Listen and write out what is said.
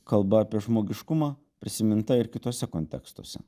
kalba apie žmogiškumą prisiminta ir kituose kontekstuose